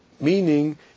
meaning